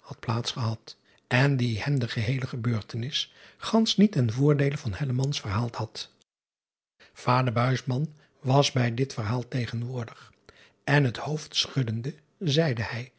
had plaats gehad en die hem de geheele gebeurtenis gansch niet ten voordeele van verhaald had ader was bij dit verhaal tegenwoordig en het hoofd schuddende zeide hij